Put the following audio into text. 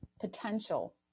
potential